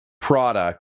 product